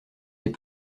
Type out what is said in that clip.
des